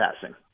passing